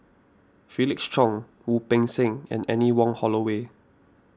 Felix Cheong Wu Peng Seng and Anne Wong Holloway